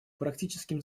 практическим